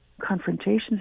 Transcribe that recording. confrontations